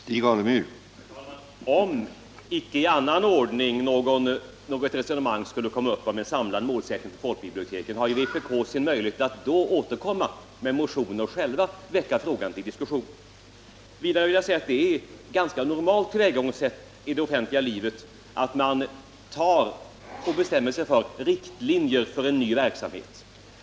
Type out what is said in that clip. Herr talman! Om inte i annan ordning något resonemang skulle komma upp om en samlad målsättning för folkbiblioteken har vpk möjlighet att återkomma med motion och på det sättet få i gång en diskussion. Vidare vill jag säga att i det offentliga livet är det ett ganska normalt tillvägagångsätt att man bestämmer sig för riktlinjer för en ny verksamhet.